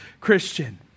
Christian